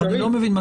אני לא מבין.